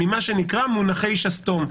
ממה שנקרא מונחי שסתום.